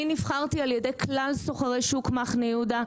אני נבחרתי על ידי כלל סוחרי שוק מחנה יהודה,